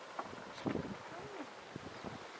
शून्य